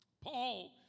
Paul